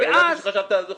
לא ידעתי שחשבת על זה חודש.